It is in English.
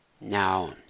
Now